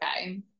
okay